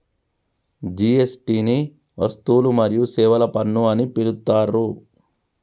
GST ని వస్తువులు మరియు సేవల పన్ను అని పిలుత్తారు